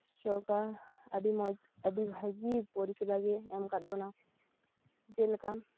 ᱥᱚᱨᱠᱟᱨ ᱟᱹᱰᱤ ᱢᱚᱡᱽ ᱟᱹᱰᱤ ᱵᱷᱟᱹᱜᱤ ᱯᱚᱨᱤᱥᱮᱵᱟ ᱜᱮ ᱮᱢ ᱟᱠᱟᱫ ᱵᱚᱱᱟ ᱡᱮᱞᱮᱠᱟ